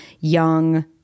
young